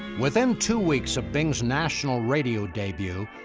within two weeks of bing's national radio debut,